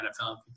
NFL